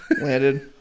Landed